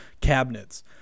cabinets